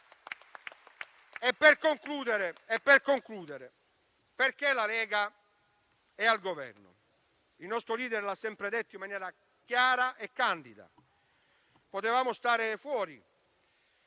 Per concludere, perché la Lega è al Governo? Il nostro *leader* lo ha sempre detto in maniera chiara e candida: potevamo stare fuori